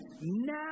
now